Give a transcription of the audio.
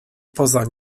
poza